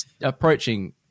approaching